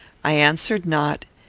i answered not,